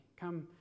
Come